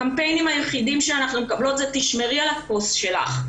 הקמפיינים היחידים שאנחנו מקבלות זה: תשמרי על הכוס שלך.